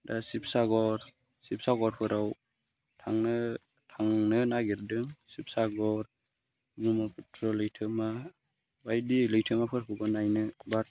दा सिबसागरफोराव थांनो नागिरदों सिबसागर ब्रह्मपुत्र' दैमा बायदि लैथोमाफोरखौबो नायनो बा